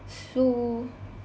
so